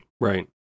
Right